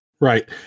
Right